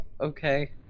Okay